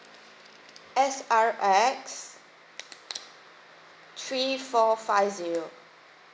S R X three four five zero